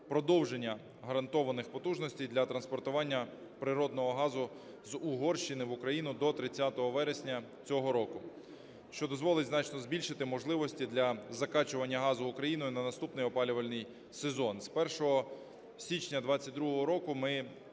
продовження гарантованих потужностей для транспортування природного газу з Угорщини в Україну до 30 вересня цього року, що дозволить значно збільшити можливості для закачування газу Україною на наступний опалювальний сезон. З 1 січня 22-го року ми